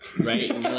Right